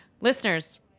listeners